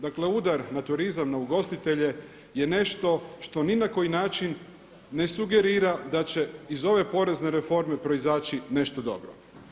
Dakle, udar na turizam, na ugostitelje je nešto što ni na koji način ne sugerira da će iz ove porezne reforme proizaći nešto dobro.